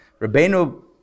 Rabbeinu